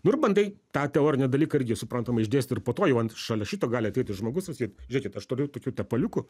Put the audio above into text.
nu ir bandai tą teorinį dalyką irgi suprantamai išdėstyt ir po to jau ant šalia šito gali ateiti žmogus ir sakyt žiūrėkit aš turiu tokių tepaliukų